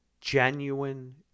genuine